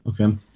Okay